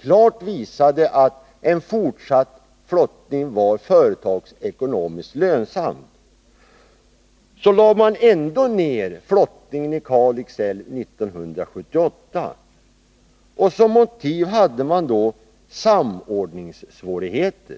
klart visade att en fortsatt flottning var företagsekonomiskt lönsam lade man ned flottningen där 1978. Motivet angavs då vara samordningssvårigheter.